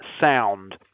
sound